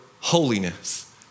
holiness